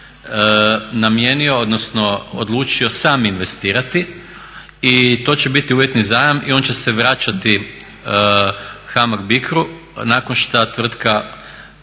namijenio odnosno odlučio sam investirati. To će biti uvjetni zajam i on će se vraćati HAMAG Bicro-u nakon što tvrtka